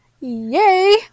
yay